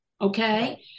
Okay